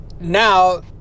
now